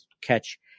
catch